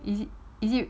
is it is it